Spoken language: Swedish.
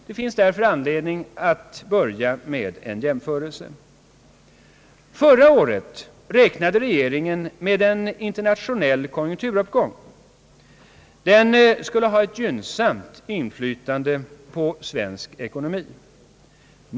Det finns därför anledning att göra en jämförelse. Förra året räknade regeringen med en internationell konjunkturuppgång, som skulle ha ett gynnsamt inflytande på svensk ekonomi.